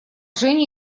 женя